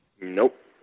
Nope